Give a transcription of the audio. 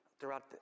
throughout